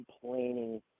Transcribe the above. complaining